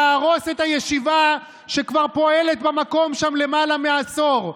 להרוס את הישיבה שכבר פועלת במקום שם למעלה מעשור,